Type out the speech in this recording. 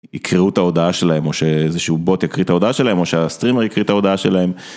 יקראו את ההודעה שלהם או שאיזשהו בוט יקריא את ההודעה שלהם או שהסטרימר יקריא את ההודעה שלהם.